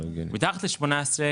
יש הסכמה,